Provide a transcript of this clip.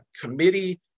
Committee